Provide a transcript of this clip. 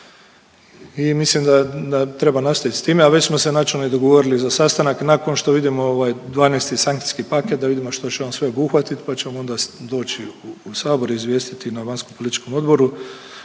i mislim da treba nastaviti s time, a već smo se načelno i dogovorili za sastanak nakon što vidimo ovaj dvanaesti sankciji paket, da vidimo što će on sve obuhvatiti pa ćemo onda doći u sabor i izvijestiti na vanjskopolitičkom odboru